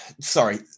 sorry